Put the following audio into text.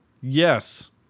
Yes